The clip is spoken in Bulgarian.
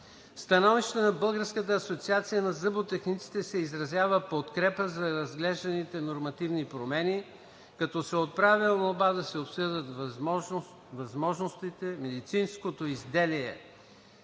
становището на Българската асоциация на зъботехниците се изразява подкрепа за разглежданите нормативни промени, като се отправя молба да се обсъдят възможностите медицинското изделие